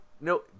no –